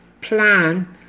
plan